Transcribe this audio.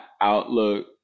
outlook